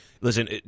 Listen